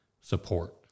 support